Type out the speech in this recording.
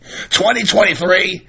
2023